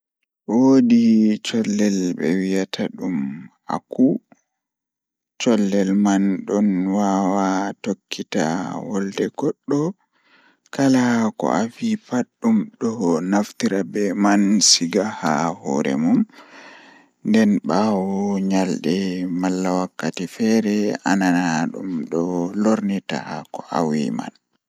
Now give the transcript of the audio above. Eh ɗum boɗɗum masin kondei ayaha asupta mo laamata ma Tawa e laawol politik, vote ndiyam e hakkunde caɗeele ɓe. Ko sabu hakkunde e election, yimɓe foti heɓugol farɗe, kala moƴƴi foti yewtude laawol tawa hayɓe. Kono, wano waɗde vote, ko moƴƴi njama aɗɗa faami, heɓugol firtiiɗo ngoodi, fota hayɓe ngam firtiimaaji.